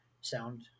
sound